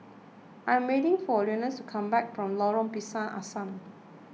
I am waiting for Leonidas to come back from Lorong Pisang Asam